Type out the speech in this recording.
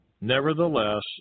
Nevertheless